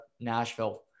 Nashville